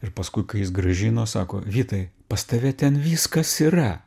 ir paskui kai jis grąžino sako vytai pas tave ten viskas yra